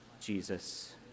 Jesus